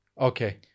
Okay